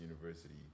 University